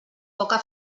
poca